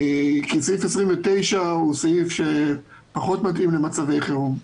כי תקנה 29 פחות מתאימה למצבי חירום.